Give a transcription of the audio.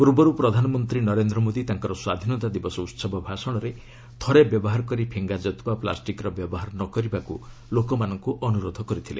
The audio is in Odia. ପୂର୍ବରୁ ପ୍ରଧାନମନ୍ତ୍ରୀ ନରେନ୍ଦ୍ର ମୋଦି ତାଙ୍କର ସ୍ୱାଧୀନତା ଦିବସ ଉତ୍ସବ ଭାଷଣରେ ଥରେ ବ୍ୟବହାର କରି ଫିଙ୍ଗାଯାଉଥିବା ପ୍ଲାଷ୍ଟିକ୍ର ବ୍ୟବହାର ନ କରିବାକୁ ଲୋକମାନଙ୍କୁ ଅନୁରୋଧ କରିଥିଲେ